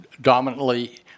dominantly